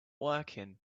working